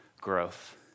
growth